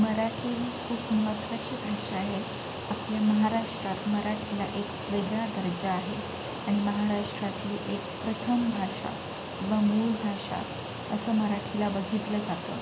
मराठी ही खूप महत्त्वाची भाषा आहे आपल्या महाराष्ट्रात मराठीला एक वेगळा दर्जा आहे आणि महाराष्ट्रातील एक प्रथम भाषा व मूळ भाषा असं मराठीला बघितलं जातं